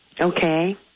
Okay